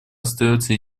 остается